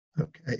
Okay